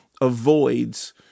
avoids